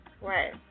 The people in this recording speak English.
Right